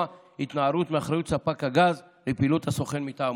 התנערות מאחריות ספק הגז לפעילות הסוכן מטעמו.